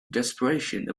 desperation